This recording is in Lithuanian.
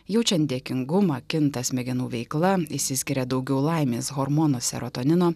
jaučiant dėkingumą kinta smegenų veikla išsiskiria daugiau laimės hormono serotonino